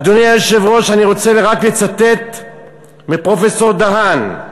אדוני היושב-ראש, אני רוצה רק לצטט מפרופסור דהן,